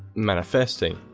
manifesting.